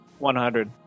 100